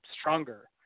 stronger